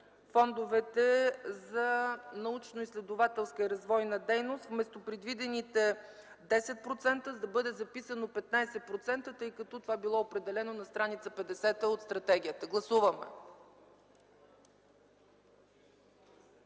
фондовете за научноизследователска и развойна дейност” – вместо предвидените „10%”, да бъде записано „15%”, тъй като това било определено на стр. 50 от стратегията. Гласуваме.